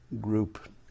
group